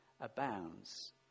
abounds